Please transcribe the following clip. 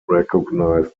recognised